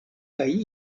kaj